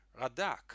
Radak